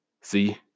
See